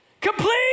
complete